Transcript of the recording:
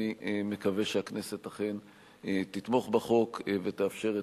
אני מקווה שהכנסת אכן תתמוך בחוק ותאפשר את